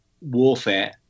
warfare